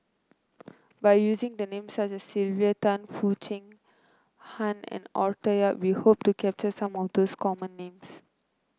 by using the names such as Sylvia Tan Foo Chee Han and Arthur Yap we hope to capture some of the common names